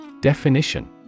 Definition